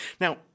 Now